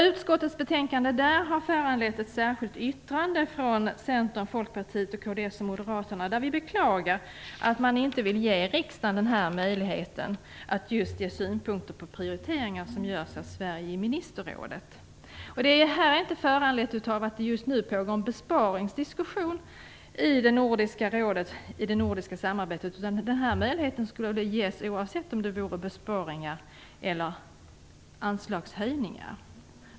Utskottets betänkande har föranlett ett särskilt yttrande från Centern, Folkpartiet, kds och Moderaterna, där vi beklagar att man inte vill ge riksdagen möjligheten att just ge synpunkter på de prioriteringar som görs av Sverige i Ministerrådet. Detta är inte föranlett av att det i Nordiska rådet just nu pågår en besparingsdiskussion när det gäller det nordiska samarbetet, utan denna möjlighet skulle ha getts oavsett om det vore fråga om besparingar eller anslagshöjningar.